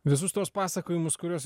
visus tuos pasakojimus kuriuos